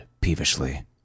peevishly